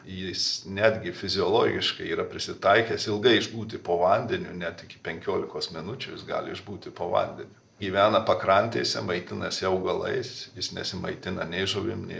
jis netgi fiziologiškai yra prisitaikęs ilgai išbūti po vandeniu net iki penkiolikos minučių jis gali išbūti po vandeniu gyvena pakrantėse maitinasi augalais jis nesimaitina nei žuvim nei